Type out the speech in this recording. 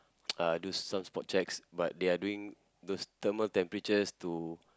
uh do some spot checks but they are doing those thermal temperatures to